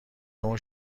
اون